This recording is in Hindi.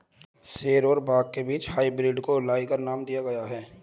शेर और बाघ के हाइब्रिड को लाइगर नाम दिया गया है